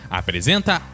apresenta